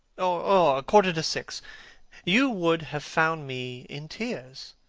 or a quarter to six you would have found me in tears.